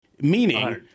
meaning